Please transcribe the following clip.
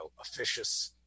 officious